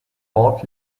ort